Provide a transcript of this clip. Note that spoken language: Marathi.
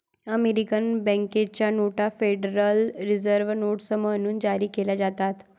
अमेरिकन बँकेच्या नोटा फेडरल रिझर्व्ह नोट्स म्हणून जारी केल्या जातात